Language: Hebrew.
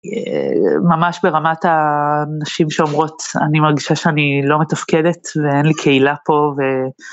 ממש ברמת האנשים שאומרות אני מרגישה שאני לא מתפקדת ואין לי קהילה פה.